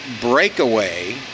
Breakaway